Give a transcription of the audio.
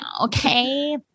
okay